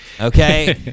Okay